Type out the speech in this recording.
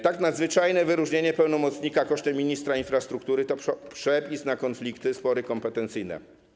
Tak nadzwyczajne wyróżnienie pełnomocnika - kosztem ministra infrastruktury - to przepis na konflikty, spory kompetencyjne.